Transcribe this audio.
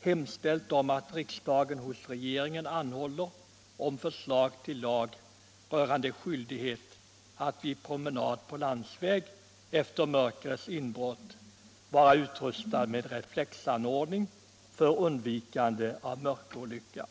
hemställt att riksdagen hos regeringen anhåller om förslag till lag rörande skyldighet för gångtrafikant att vid promenad på landsväg efter mörkrets inbrott vara utrustad med reflexanordning för undvikande av mörkerolycka.